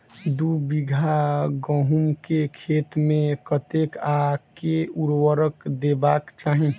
दु बीघा गहूम केँ खेत मे कतेक आ केँ उर्वरक देबाक चाहि?